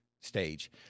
stage